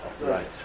Right